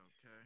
Okay